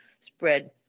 spread